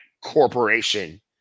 corporation